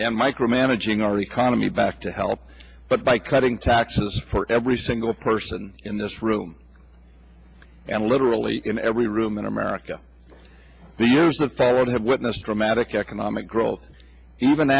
and micromanaging our economy back to help but by cutting taxes for every single person in this room and literally in every room in america the use of followed have witnessed dramatic economic growth even